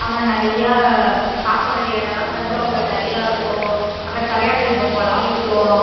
அங்கே நிறையா பார்க்க வேண்டிய இடலாம் தஞ்சாவூரில் நிறையா இருக்கும் அங்கே தலையாட்டி பொம்மைலாம் விற்கும்